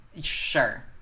Sure